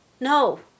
no